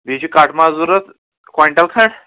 بیٚیہِ چھِ کَٹہٕ ماز ضروٗرت کویِنٛٹَل کھَنٛڈ